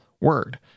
word